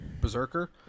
Berserker